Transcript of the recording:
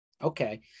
Okay